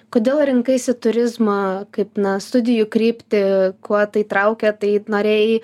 kodėl rinkaisi turizmą kaip na studijų kryptį kuo tai traukia tai norėjai